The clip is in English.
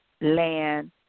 land